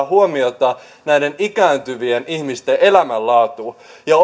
huomiota näiden ikääntyvien ihmisten elämänlaatuun ja